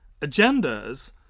agendas